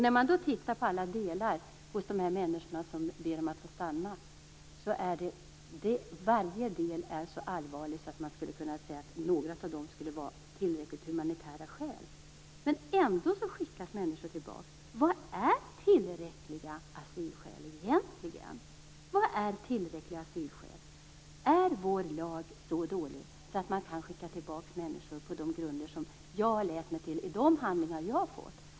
När man tittar på alla delar hos de här människorna, som ber om att få stanna, ser man att varje del är så allvarlig att några av dem skulle kunna vara tillräckliga humanitära skäl. Men ändå skickas människor tillbaka. Vad är tillräckliga asylskäl egentligen? Är svensk lag så dålig att man kan skicka tillbaka människor på de grunder som jag har läst mig till i de handlingar jag har fått?